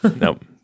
Nope